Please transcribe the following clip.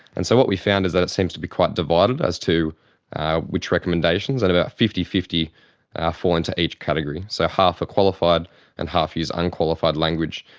and so what we found is that it seems to be quite divided as to which recommendations, and about fifty fifty ah fall into each category. so half are qualified and half use unqualified language.